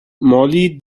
mollie